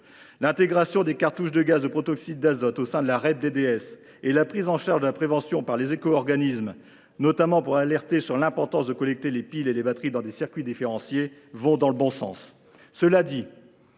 L’intégration des cartouches de gaz de protoxyde d’azote au sein de la filière REP DDS et la prise en charge de la prévention par les éco organismes, afin notamment d’alerter sur l’importance de collecter les piles et les batteries dans des circuits différenciés, vont dans le bon sens. Toutefois,